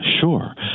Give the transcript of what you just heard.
Sure